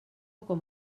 com